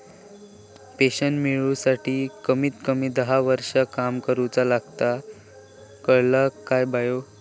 Pension मिळूसाठी कमीत कमी दहा वर्षां काम करुचा लागता, कळला काय बायो?